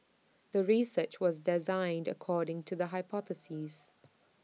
the research was designed according to the hypothesis